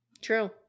True